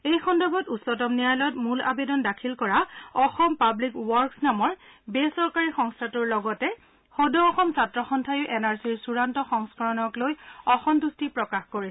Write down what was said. এই সন্দৰ্ভত উচ্চতম ন্যায়ালয়ত মূল আবেদন দাখিল কৰা অসম পাৱিক ৱৰ্কছ্ নামৰ বেচৰকাৰী সংস্থাটোৰ লগতে সদৌ অসম ছাত্ৰ সন্থাইও এন আৰ চিৰ চূডান্ত সংস্থৰণক লৈ অসন্তুষ্টি প্ৰকাশ কৰিছে